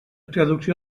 traducció